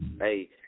Hey